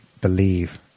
believe